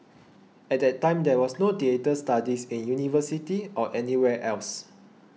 at that time there was no theatre studies in university or anywhere else